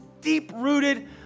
deep-rooted